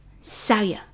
Saya